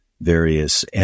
various